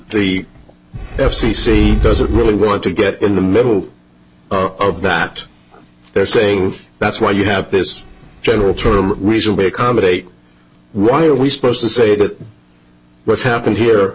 the f c c doesn't really want to get in the middle of that they're saying that's why you have this general true reason we accommodate why are we supposed to say that what's happened here